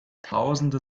tausende